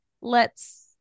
lets